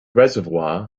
reservoir